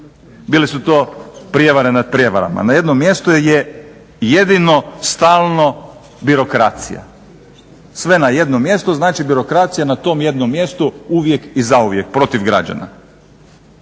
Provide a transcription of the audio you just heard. Bile su to prijevare nad prijevarama. Na jednom mjestu je jedino stalno birokracija, sve na jednom mjestu, znači birokracija na tom jednom mjestu uvijek i zauvijek protiv građana.